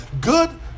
good